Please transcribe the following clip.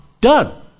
done